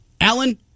Allen